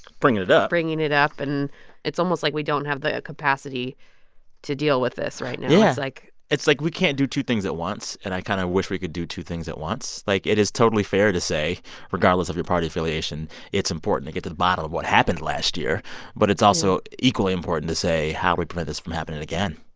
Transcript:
bringing it it up. bringing it up. and it's almost like we don't have the capacity to deal with this right now yeah it's like. it's like we can't do two things at once. and i kind of wish we could do two things at once. like, it is totally fair to say regardless of your party affiliation it's important to get to the bottom of what happened last year yeah but it's also equally important to say, how do we prevent this from happening again?